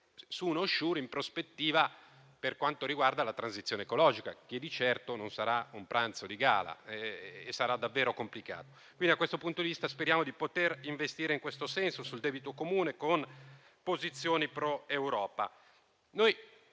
su uno Sure per quanto riguarda la transizione ecologica, che di certo non sarà un pranzo di gala e sarà davvero complicata. Da questo punto di vista, speriamo di poter investire in questo senso sul debito comune con posizioni pro-Europa.